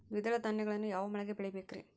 ದ್ವಿದಳ ಧಾನ್ಯಗಳನ್ನು ಯಾವ ಮಳೆಗೆ ಬೆಳಿಬೇಕ್ರಿ?